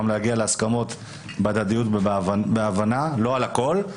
להגיע להסכמות בהדדיות ובהבנה לא על הכול,